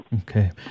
Okay